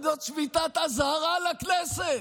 זאת שביתת אזהרה לכנסת.